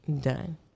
Done